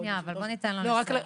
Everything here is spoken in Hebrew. שנייה, רק בואי ניתן לו לסיים.